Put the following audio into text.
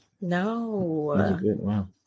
No